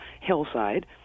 hillside